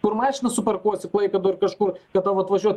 kur mašinas suparkuosi klaipėdoj ar kažkur kad tau atvažiuot